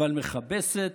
אבל מכבסת